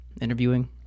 interviewing